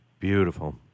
Beautiful